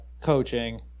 coaching